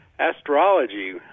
astrology